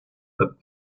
that